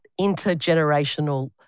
intergenerational